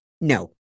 no